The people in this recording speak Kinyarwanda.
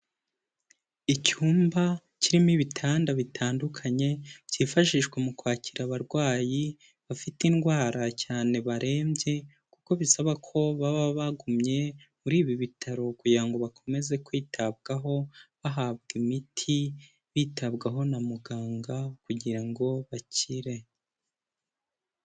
Icyumba kirimo ibitanda bitandukanye byifashishwa mu kwakira abarwayi bafite indwara cyane barembye kuko bisaba ko baba bagumye muri ibi bitaro kugira ngo bakomeze kwitabwaho bahabwa imiti, bitabwaho na muganga kugira ngo bakire.